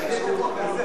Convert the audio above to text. מוצמד.